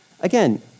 Again